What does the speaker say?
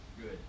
good